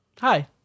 hi